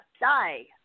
die